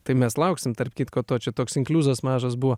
tai mes lauksim tarp kitko to čia toks inkliuzas mažas buvo